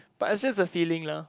but it's just a feeling lah